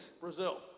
Brazil